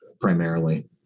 primarily